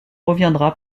reviendra